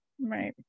Right